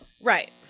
Right